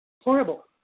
Horrible